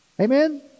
Amen